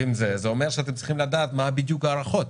וזה אומר שאתם צריכים לדעת בדיוק מה ההערכות.